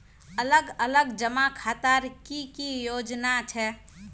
अलग अलग जमा खातार की की योजना छे?